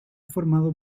formado